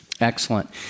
Excellent